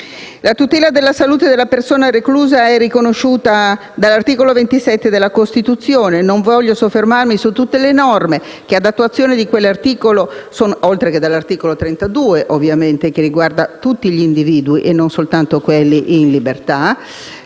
La tutela della salute della persona reclusa è riconosciuta dall'articolo 27 della Costituzione - non voglio soffermarmi su tutte le norme che danno attuazione a quell'articolo - oltre che dall'articolo 32, ovviamente, che riguarda tutti gli individui, non soltanto quelli in libertà,